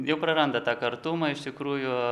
jau praranda tą kartumą iš tikrųjų